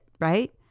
right